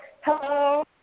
Hello